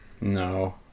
No